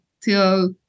till